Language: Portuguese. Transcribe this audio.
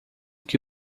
que